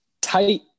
tight